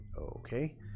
Okay